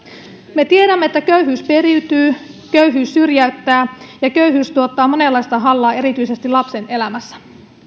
me tiedämme että köyhyys periytyy köyhyys syrjäyttää ja köyhyys tuottaa monenlaista hallaa erityisesti lapsen elämässä